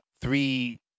three